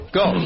go